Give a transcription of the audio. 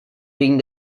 wegen